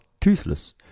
toothless